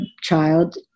child